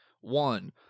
One